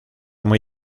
muy